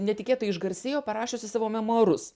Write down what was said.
netikėtai išgarsėjo parašiusi savo memuarus